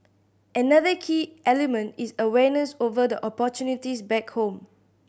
another key element is awareness over the opportunities back home